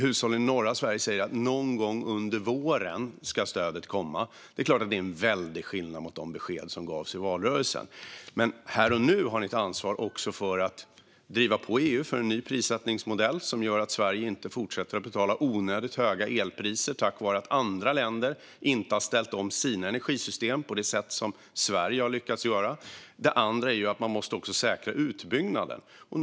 Hushållen i norra Sverige ser att stöden ska komma någon gång under våren, och det är en väldig skillnad mot de besked som gavs i valrörelsen. Här och nu har ni ett ansvar för att driva på EU för en ny prissättningsmodell, som gör att Sverige inte fortsätter att betala onödigt höga elpriser på grund av att andra länder inte har ställt om sina energisystem på det sätt som Sverige har lyckats göra. Vidare måste utbyggnaden säkras.